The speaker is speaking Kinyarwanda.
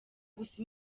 gusa